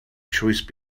choice